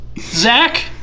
Zach